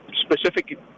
specific